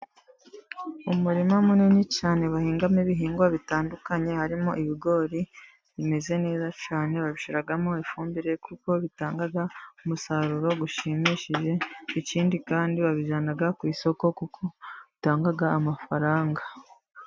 Umurima munini cyane bahingamo ibihingwa bitandukanye, harimo ibigori bimeze neza cyane, babishyiramo ifumbire kuko bitanga umusaruro ushimishije. Ikindi kandi babijyana ku isoko, kuko bitanga amafaranga.